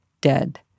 dead